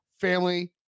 family